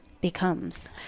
becomes